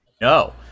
No